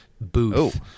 booth